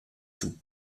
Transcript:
tout